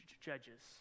Judges